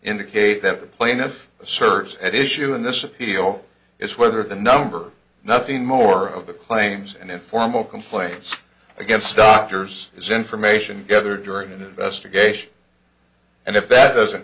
indicate that the plaintiff serves at issue in this appeal is whether the number nothing more of the claims and informal complaints against doctors is information gathered during an investigation and if that doesn't